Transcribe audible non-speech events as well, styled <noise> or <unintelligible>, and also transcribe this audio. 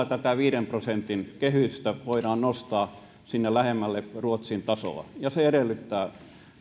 <unintelligible> tätä viiden prosentin kehystä voidaan nostaa sinne lähemmälle ruotsin tasoa ja se edellyttää että